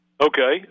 Okay